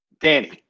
Danny